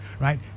right